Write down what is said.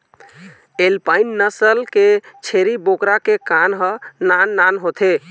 alpine नसल के छेरी बोकरा के कान ह नान नान होथे